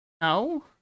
No